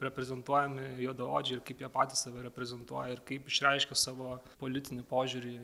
reprezentuojami juodaodžiai ir kaip jie patys save reprezentuoja ir kaip išreiškė savo politinį požiūrį